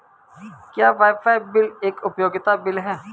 क्या wifi bill एक उपयोगिता बिल है?